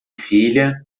filha